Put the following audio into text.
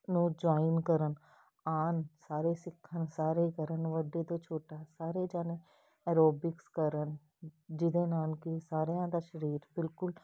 ਨੂੰ ਜੁਆਇਨ ਕਰਨ ਆਉਣ ਸਾਰੇ ਸਿੱਖਣ ਸਾਰੇ ਕਰਨ ਵੱਡੇ ਤੋਂ ਛੋਟਾ ਸਾਰੇ ਜਾਣੇ ਐਰੋਬਿਕਸ ਕਰਨ ਜਿਹਦੇ ਨਾਲ ਕਿ ਸਾਰਿਆਂ ਦਾ ਸਰੀਰ ਬਿਲਕੁਲ